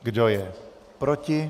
Kdo je proti?